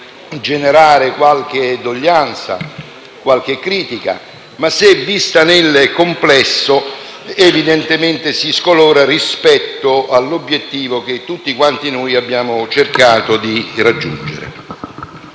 generare qualche doglianza, qualche critica; ma se vista nel complesso, evidentemente si scolora rispetto all'obiettivo che tutti quanti noi abbiamo cercato di raggiungere.